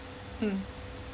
mm